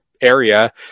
area